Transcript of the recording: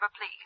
please